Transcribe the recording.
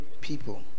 people